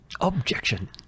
objection